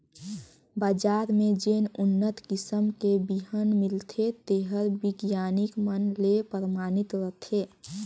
बजार में जेन उन्नत किसम के बिहन मिलथे तेहर बिग्यानिक मन ले परमानित रथे